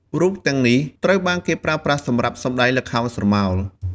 រូបទាំងនេះត្រូវបានគេប្រើប្រាស់សម្រាប់សម្ដែងល្ខោនស្រមោល។